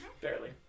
Barely